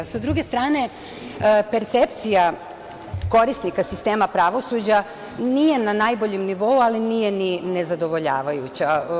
Sa druge strane, percepcija korisnika sistema pravosuđa nije na najboljem nivou, ali nije ni nezadovoljavajuća.